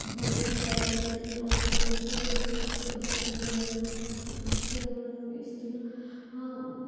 भोजन तैयार करती थी और सभी को परोसती थी बर्तन वगैरह माँजती थी आज के जमाने में स्त्रियाँ